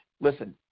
listen